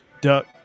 duck